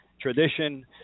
tradition